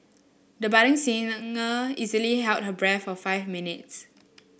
the budding singer easily held her breath for five minutes